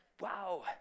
Wow